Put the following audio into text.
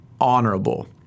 honorable